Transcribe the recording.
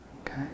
okay